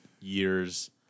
years